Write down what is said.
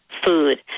food